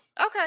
Okay